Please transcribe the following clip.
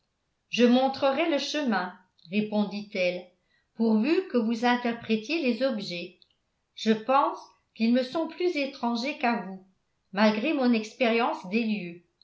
je montrerai le chemin répondit-elle pourvu que vous interprétiez les objets je pense qu'ils me sont plus étrangers qu'à vous malgré mon expérience des lieux